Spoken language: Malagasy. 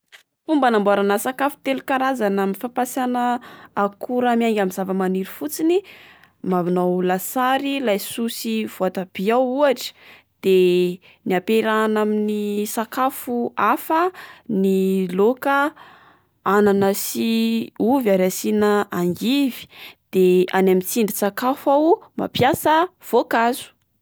Fomba anamboarana sakafo telo karazana amin'ny fampasana akora miainga amin'ny zava-maniry fotsiny manao lasary laisoa sy voatabia aho ohatra de ny ampiarahana amin'ny sakafo hafa ny laoka anana sy ovy ary asiana angivy, de any amin'ny tsindrin-tsakafo aho mampisa voankazo.